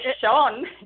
Sean